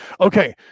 Okay